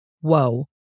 whoa